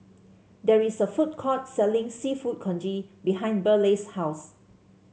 there is a food court selling seafood congee behind Burleigh's house